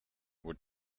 would